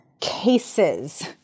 cases